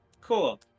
Cool